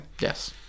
Yes